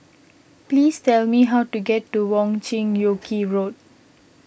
please tell me how to get to Wong Chin Yoke Road